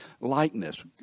likeness